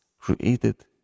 created